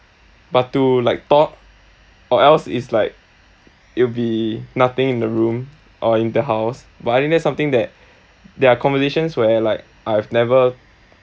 but to like talk or else it's like it'll be nothing in the room or in the house but I think that's something that there are conversations where like I've never